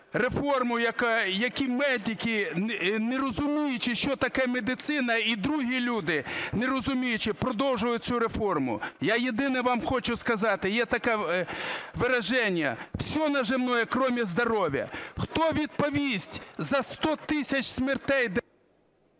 реформу. Як і медики… Не розуміючи, що таке медицина, і другі люди, не розуміючи, продовжили цю реформу. Я єдине вам хочу сказати, є таке выражение: все наживное, кроме здоровья. Хто відповість за 100 тисяч смертей...